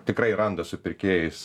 tikrai randa supirkėjus